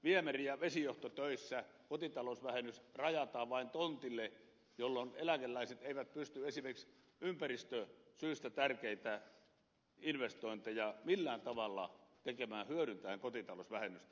viemäri ja vesijohtotöissä kotitalousvähennys rajataan vain tontille jolloin eläkeläiset eivät pysty esimerkiksi ympäristösyistä tärkeitä investointeja millään tavalla tekemään hyödyntäen kotitalousvähennystä